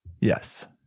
Yes